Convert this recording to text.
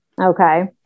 Okay